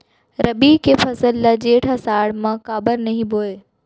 रबि के फसल ल जेठ आषाढ़ म काबर नही बोए?